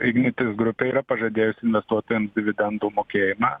ignitis grupė yra pažadėjusi investuotojams dividendų mokėjimą